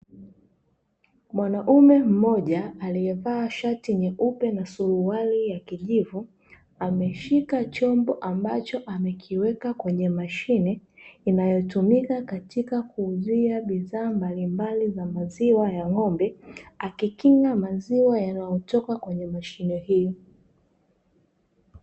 Mwanaume mmoja aliyevaa shati nyeupe na suruali ya kijivu, ameshika chombo ambacho amekiweka kwenye mashine inayotumika katika kuuzia bidhaa mbali mbali ya maziwa ya ng'ombe akikinga maziwa yanayotoka kwenye mashine hiyo.